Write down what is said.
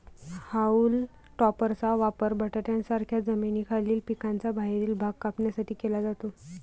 haulm टॉपरचा वापर बटाट्यांसारख्या जमिनीखालील पिकांचा बाहेरील भाग कापण्यासाठी केला जातो